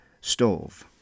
stove